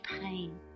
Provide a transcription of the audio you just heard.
pain